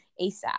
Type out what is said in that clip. ASAP